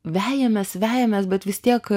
vejamės vejamės bet vis tiek